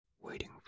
waiting